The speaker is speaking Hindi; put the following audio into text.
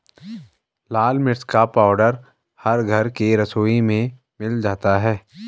लाल मिर्च का पाउडर हर घर के रसोई में मिल जाता है